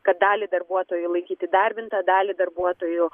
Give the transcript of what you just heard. kad dalį darbuotojų laikyt įdarbintą dalį darbuotojų